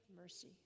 mercy